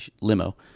limo